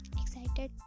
excited